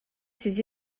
ses